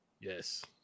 Yes